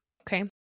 Okay